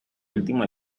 último